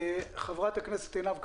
ח"כ עינב קאבלה,